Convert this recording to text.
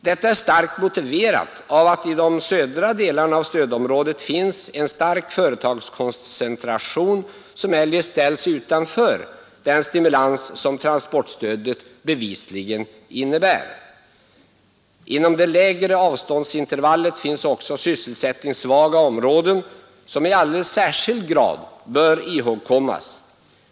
Detta är starkt motiverat av att i de södra delarna av stödområdet finns en stark företagskoncentration som eljest ställs utanför den stimulans som transportstödet bevisligen innebär. Inom det lägre avståndsintervallet finns också sysselsättningssvaga områden som i alldeles särskild grad bör ihågkommas.